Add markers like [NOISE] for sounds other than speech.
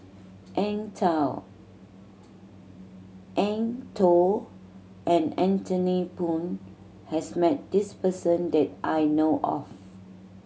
Eng [UNINTELLIGIBLE] Eng Tow and Anthony Poon has met this person that I know of